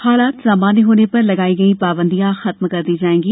हालात सामान्य होने पर लगाई गई पाबंदिया खत्म कर दी जाएंगी